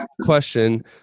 question